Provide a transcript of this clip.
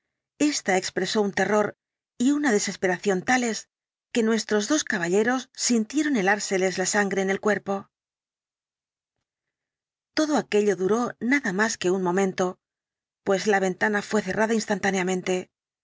ésta expresó un terror y una desesperación tales que nuestros dos caballeros sintieron helárseles la sangre en el cuerpo todo aquello duró nada más que un momento pues la ventana fué cerrada instantáneamente